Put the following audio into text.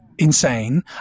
insane